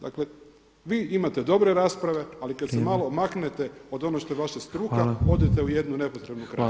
Dakle vi imate dobre rasprave, ali kada se malo maknete od onoga što je vaša struka [[Upadica Petrov: Vrijeme.]] odete u jednu nepotrebnu krajnost.